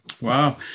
Wow